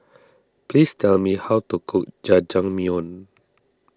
please tell me how to cook Jajangmyeon